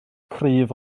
cryf